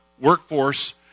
workforce